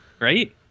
Right